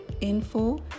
info